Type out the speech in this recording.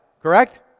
Correct